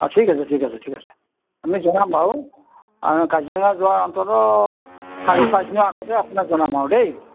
ঠিক আছে ঠিক আছে ঠিক আছে আমি জনাম বাৰু আমি কাজিৰঙা যোৱাৰ অন্তত চাৰি পাঁচ দিনৰ আগতেই আপোনাক জনাম আৰু দেই